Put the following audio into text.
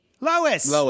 Lois